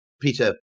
Peter